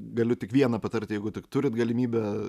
galiu tik vieną patarti jeigu tik turit galimybę